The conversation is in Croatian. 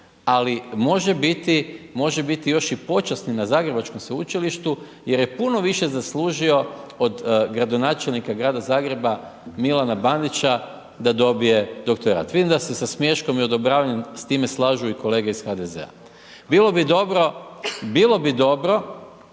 biti, može biti još i počasni na zagrebačkom sveučilištu, jer je puno više zaslužio od gradonačelnika Grada Zagreba, Milana Bandića, da dobije doktorat. Vidim da se sa smiješkom i odobravanjem s time slažu i kolege iz HDZ. Bilo bi dobro, bilo bi dobro,